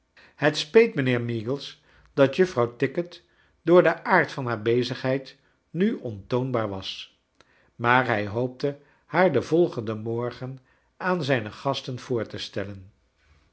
het speet mijnheer meagles dat juffrouw tickit door den aard van haar bezigheid nu oni toonbaar was maar hij hoopte haar den volgenden morgen aan zrjne gas ten voor te stellen